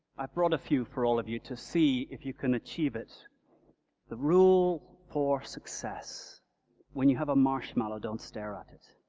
i brought a few for all of you to see if you can achieve it the rule for success when you have a marshmallow, don't stare at it.